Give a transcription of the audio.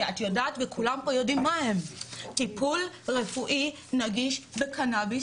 שאת יודעת וכולם פה יודעים מה הם: טיפול רפואי נגיש בקנאביס